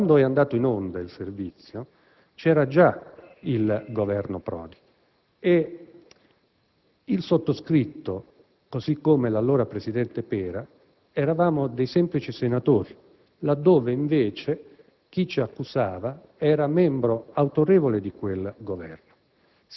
Quando è andato in onda il servizio c'era già il Governo Prodi e il sottoscritto, così come l'allora presidente Pera, erano semplici senatori, laddove invece chi ci accusava era membro autorevole di quel Governo.